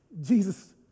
Jesus